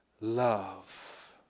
Love